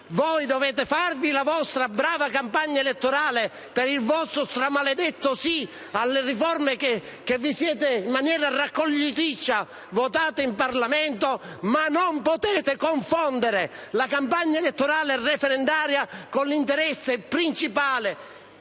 Voi dovete farvi la vostra brava campagna elettorale per il vostro stramaledetto «sì» alle riforme che, in maniera raccogliticcia, vi siete votati in Parlamento, ma non potete confondere la campagna elettorale referendaria con l'interesse principale,